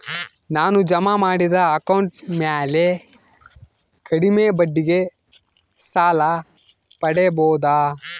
ನಾನು ಜಮಾ ಮಾಡಿದ ಅಕೌಂಟ್ ಮ್ಯಾಲೆ ಕಡಿಮೆ ಬಡ್ಡಿಗೆ ಸಾಲ ಪಡೇಬೋದಾ?